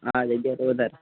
આ જગ્યાએ તો વધારે